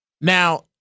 Now